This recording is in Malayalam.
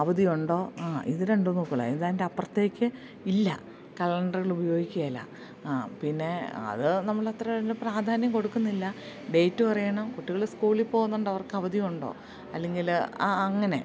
അവധി ഉണ്ടോ ആ ഇത് രണ്ടും നോക്കുള്ളൂ അതിൻറ്റ അപ്പുറത്തേക്ക് ഇല്ല കലണ്ടറ്കൾ ഉപയോഗിക്കേല പിന്നെ അത് നമ്മൾ അത്ര പ്രാധാന്യം കൊടുക്കുന്നില്ല ഡേറ്റ് പറയണം കുട്ടികൾ സ്കൂളിൽ പോകുന്നുണ്ടോ അവർക്ക് അവധി ഉണ്ടോ അല്ലെങ്കിൽ അങ്ങനെ